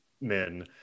men